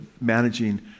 managing